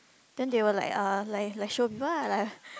then they will like uh like like show people lah like